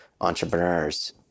entrepreneurs